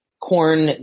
corn